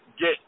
get